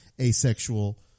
asexual